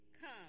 Come